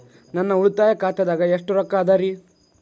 ನನ್ನ ಉಳಿತಾಯ ಖಾತಾದಾಗ ಎಷ್ಟ ರೊಕ್ಕ ಅದ ರೇ?